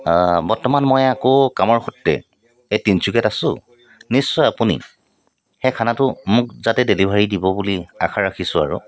বৰ্তমান মই আকৌ কামৰ সূত্ৰে এই তিনচুকীয়াত আছো নিশ্চয় আপুনি সেই খানাটো নিশ্চয় মোক যাতে ডেলিভাৰি দিব বুলি আশা ৰাখিছোঁ আৰু